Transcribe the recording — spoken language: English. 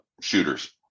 shooters